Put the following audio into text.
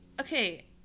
okay